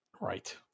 Right